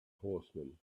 horsemen